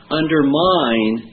undermine